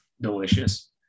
delicious